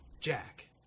Jack